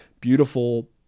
beautiful